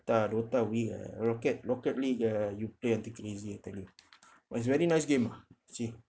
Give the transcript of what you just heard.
DOTA DOTA will ah rocket rocket league ah you play until crazy ah I tell you but it's very nice game ah see